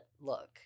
look